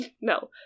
No